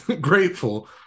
grateful